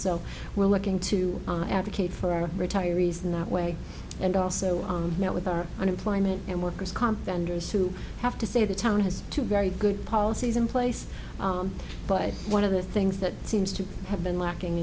so we're looking to advocate for retirees in that way and also on now with our unemployment and worker's comp vendors to have to say the town has two very good policies in place but one of the things that seems to have been lacking